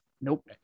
Nope